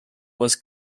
was